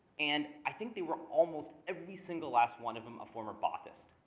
and i think they were almost every single last one of them, a former baathist.